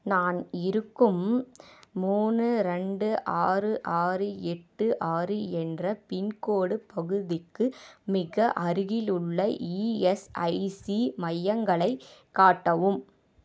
நான் இருக்கும் மூணு ரெண்டு ஆறு ஆறு எட்டு ஆறு என்ற பின்கோட் பகுதிக்கு மிக அருகிலுள்ள இஎஸ்ஐசி மையங்களைக் காட்டவும்